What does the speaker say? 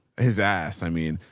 his ass, i mean,